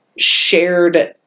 shared